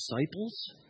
disciples